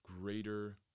greater